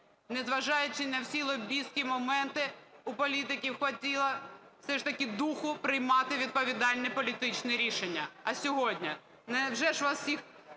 незважаючи на всі лобістські моменти у політиків хватило все ж таки духу приймати відповідальне політичне рішення. А сьогодні?